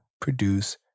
produce